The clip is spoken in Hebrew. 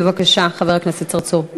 בבקשה, חבר הכנסת צרצור.